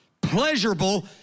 pleasurable